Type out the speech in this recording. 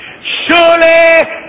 surely